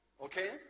Okay